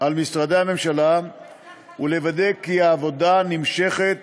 על משרדי הממשלה ולוודא כי העבודה נמשכת